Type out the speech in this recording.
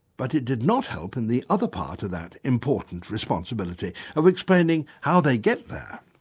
but it did not help in the other part of that important responsibility, of explaining how they get there.